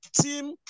team